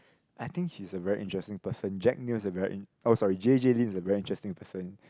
I think he's a very interesting person Jack-Neo is a very in~ oh sorry J_J-Lin is a very interesting person